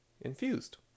infused